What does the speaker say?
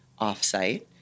offsite